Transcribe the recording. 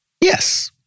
yes